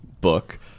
book